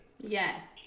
Yes